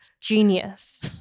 genius